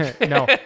no